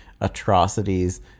atrocities